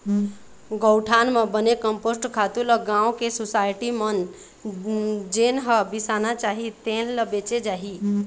गउठान म बने कम्पोस्ट खातू ल गाँव के सुसायटी म जेन ह बिसाना चाही तेन ल बेचे जाही